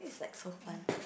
like so fun